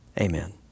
Amen